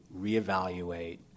reevaluate